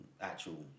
actual